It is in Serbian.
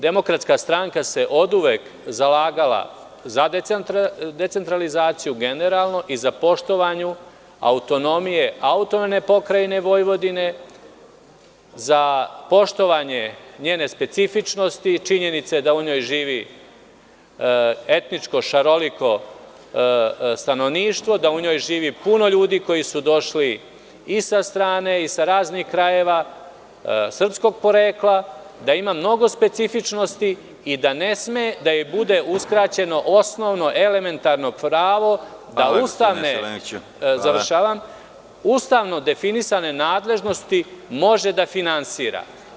Demokratska stranka se oduvek zalagala za decentralizaciju, generalno i za poštovanje autonomije, AP Vojvodine, za poštovanje njene specifičnosti i činjenice da u njoj živi etničko šaroliko stanovništvo, da u njoj živi puno ljudi koji su došli i sa strane i iz raznih krajeva srpskog porekla, da ima mnogo specifičnosti i da ne sme da joj bude uskraćeno osnovno elementarno pravo da ustavno definisane nadležnosti može da finansira.